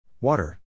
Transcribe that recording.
Water